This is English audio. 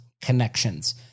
connections